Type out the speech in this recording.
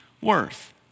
worth